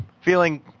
feeling